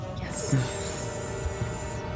Yes